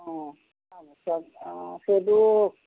অঁ তাৰপাছত অঁ সেইটো